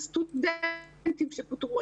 על סטודנטים שפוטרו,